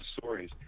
stories